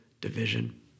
division